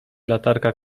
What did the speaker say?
latarka